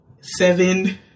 seven